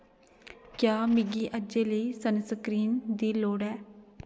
क्या मिगी अज्जै लेई सनस्क्रीन दी लोड़ ऐ